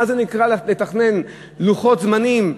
מה נקרא לתכנן לוחות זמנים,